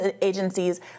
agencies